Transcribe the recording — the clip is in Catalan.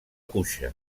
cuixa